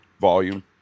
volume